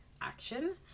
action